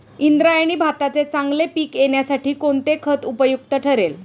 इंद्रायणी भाताचे चांगले पीक येण्यासाठी कोणते खत उपयुक्त ठरेल?